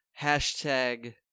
Hashtag